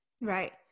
Right